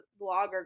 blogger